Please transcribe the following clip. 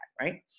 right